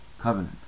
Covenant